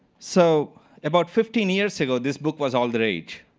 so about fifteen years ago, this book was all the rage.